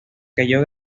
cayó